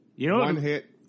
one-hit